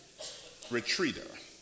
retreater